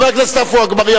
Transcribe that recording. חבר הכנסת עפו אגבאריה,